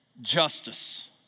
justice